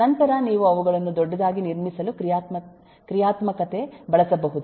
ನಂತರ ನೀವು ಅವುಗಳನ್ನು ದೊಡ್ಡದಾಗಿ ನಿರ್ಮಿಸಲು ಕ್ರಿಯಾತ್ಮಕತೆ ಬಳಸಬಹುದು